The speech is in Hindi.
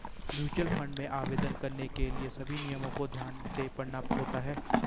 म्यूचुअल फंड में आवेदन करने के लिए सभी नियमों को ध्यान से पढ़ना होता है